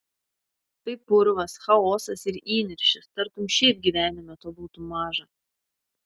tai purvas chaosas ir įniršis tartum šiaip gyvenime to būtų maža